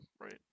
right